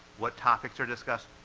what topics are discussed.